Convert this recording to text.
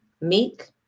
meek